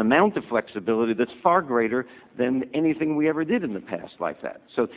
amount of flexibility that's far greater than anything we ever did in the past like that so